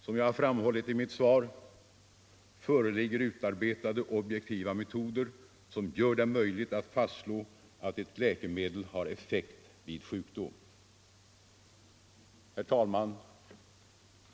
Som jag framhållit i mitt svar föreligger utarbetade, objektiva metoder som gör det möjligt att fastslå om ett läkemedel har effekt vid sjukdom. Herr talman!